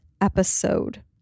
episode